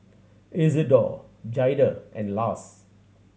Isidor Jaida and Lars